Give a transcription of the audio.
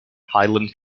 highland